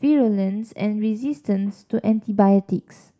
virulence and resistance to antibiotics